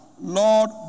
Lord